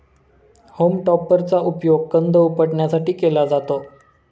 home टॉपरचा उपयोग कंद उपटण्यासाठी केला जातो